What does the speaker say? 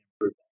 improvement